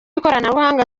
ikoranabuhanga